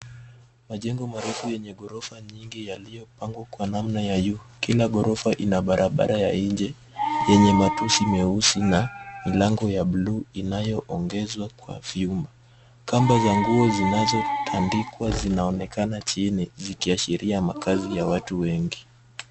Majengo marefu yenye ghorofa nyingi yaliyopangwa kwa namna ya u . Kila ghorofa ina barabara ya nje yenye matusi meusi na milango ya blue inayoongezwa kwa vyuma. Kamba za nguo zinazotandikwa zinaonekana nchini zikiashiria makazi ya watu wengi.